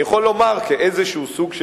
אבל